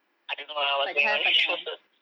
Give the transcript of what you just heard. I don't know ah what's going on also